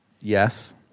Yes